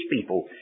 people